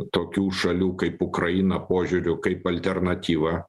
tokių šalių kaip ukraina požiūriu kaip alternatyva